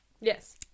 yes